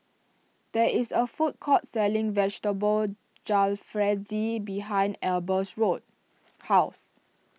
there is a food court selling Vegetable Jalfrezi behind Eber's road house